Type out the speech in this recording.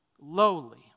lowly